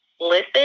listen